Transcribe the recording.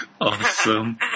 Awesome